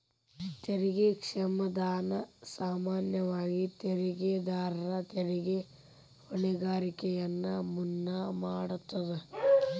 ತೆರಿಗೆ ಕ್ಷಮಾದಾನ ಸಾಮಾನ್ಯವಾಗಿ ತೆರಿಗೆದಾರರ ತೆರಿಗೆ ಹೊಣೆಗಾರಿಕೆಯನ್ನ ಮನ್ನಾ ಮಾಡತದ